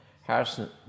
Harrison